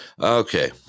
Okay